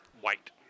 White